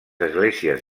esglésies